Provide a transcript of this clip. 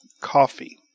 Coffee